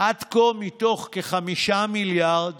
מתוך כ-5 מיליארד